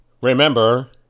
remember